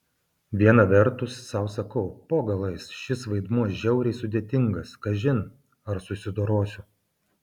viena vertus sau sakau po galais šis vaidmuo žiauriai sudėtingas kažin ar susidorosiu